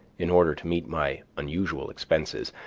in order to meet my unusual expenses,